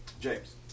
James